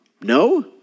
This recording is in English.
No